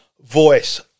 voice